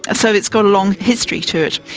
ah so it's got a long history to it.